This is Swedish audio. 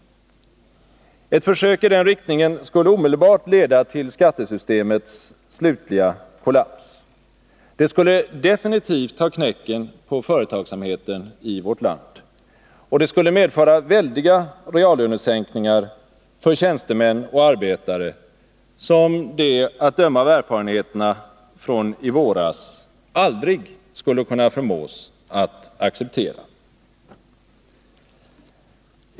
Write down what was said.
Ett försök i den riktningen skulle omedelbart leda till skattesystemets slutliga kollaps. Det skulle definitivt ta knäcken på företagsamheten i vårt land. Och det skulle medföra väldiga reallönesänkningar för tjänstemän och arbetare, som de att döma av erfarenheterna från i våras aldrig skulle kunna förmås att acceptera.